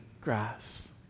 grass